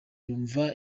yumva